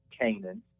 Canaan